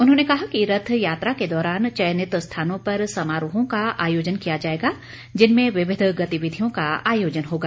उन्होंने कहा कि रथ यात्रा के दौरान चयनित स्थानों पर समारोहों का आयोजन किया जाएगा जिनमें विविध गतिविधियों का आयोजन होगा